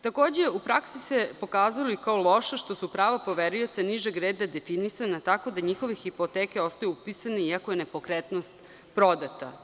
Takođe, u praksi se pokazalo kao loše što su prava poverioca nižeg reda definisana tako da njihove hipoteke ostaju upisane, iako je nepokretnost prodata.